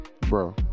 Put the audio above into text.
Bro